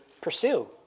pursue